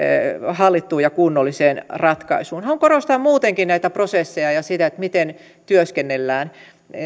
hallittuun ja kunnolliseen ratkaisuun haluan korostaa muutenkin näitä prosesseja ja sitä miten työskennellään